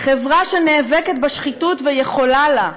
חברה שנאבקת בשחיתות ויכולה לה,